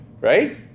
right